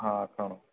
हा असां